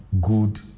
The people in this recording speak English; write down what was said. good